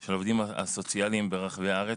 של העובדים הסוציאליים ברחבי הארץ,